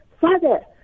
Father